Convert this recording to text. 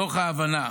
מתוך ההבנה